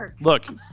Look